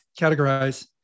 categorize